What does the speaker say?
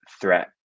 threat